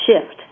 shift